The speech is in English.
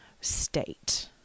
state